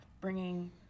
bringing